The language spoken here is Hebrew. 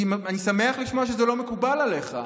אני שמח לשמוע שזה לא מקובל עליך,